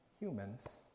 humans